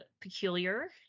peculiar